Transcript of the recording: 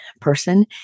person